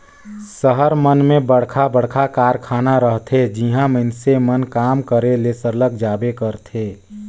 सहर मन में बड़खा बड़खा कारखाना रहथे जिहां मइनसे मन काम करे ले सरलग जाबे करथे